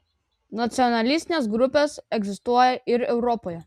nacionalistines grupes egzistuoja ir europoje